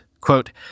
Quote